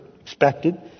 expected